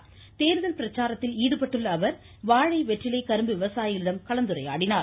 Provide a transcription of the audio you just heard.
தொட்டியத்தில் தேர்தல் பிரச்சாரத்தில் ஈடுபட்டுள்ள அவர் வாழை வெற்றிலை கரும்பு விவசாயிகளிடம் கலந்துரையாடினார்